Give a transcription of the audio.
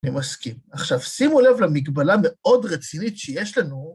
אני מסכים. עכשיו, שימו לב למגבלה מאוד רצינית שיש לנו.